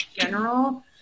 general